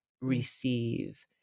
receive